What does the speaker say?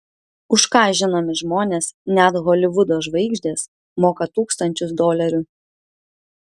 už ką žinomi žmonės net holivudo žvaigždės moka tūkstančius dolerių